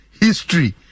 history